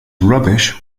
rubbish